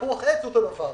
תפוח עץ יהיה אותו דבר.